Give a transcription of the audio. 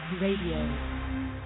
radio